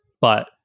But-